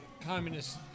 communist